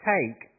Take